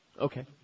Okay